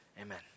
Amen